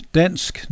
dansk